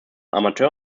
amateur